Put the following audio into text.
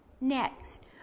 next